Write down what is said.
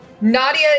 Nadia